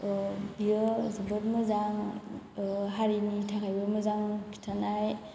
बियो जोबोद मोजां हारिनि थाखायबो मोजां खिन्थानाय